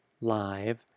Live